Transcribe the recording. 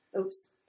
Oops